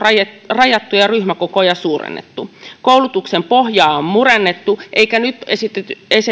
rajattu ja ryhmäkokoja suurennettu koulutuksen pohjaa on murennettu eikä nyt